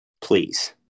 Please